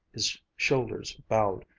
his shoulders bowed,